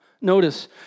Notice